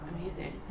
Amazing